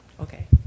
Okay